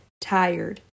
tired